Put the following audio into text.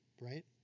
right